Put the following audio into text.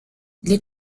les